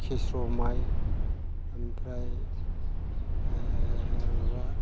खिस्र' माइ ओमफ्राय माबा